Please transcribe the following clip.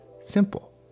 simple